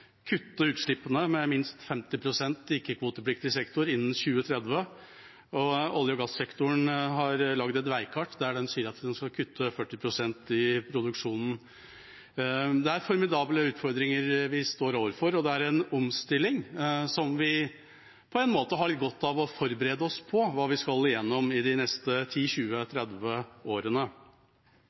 utslippene med minst 50 pst. i ikke-kvotepliktig sektor innen 2030. Olje- og gassektoren har lagd et veikart der de sier at de skal kutte 40 pst. i produksjonen. Det er formidable utfordringer vi står overfor, og det er en omstilling som vi på en måte har litt godt av å forberede oss på – hva vi skal igjennom i de neste ti,